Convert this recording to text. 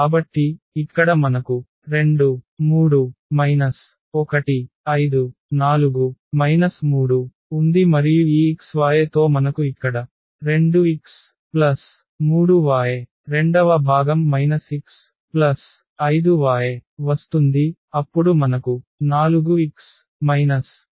కాబట్టి ఇక్కడ మనకు 2 3 1 5 4 3 ఉంది మరియు ఈ x y తో మనకు ఇక్కడ 2x 3y రెండవ భాగం x 5y వస్తుంది అప్పుడు మనకు 4x 3y ఉంటుంది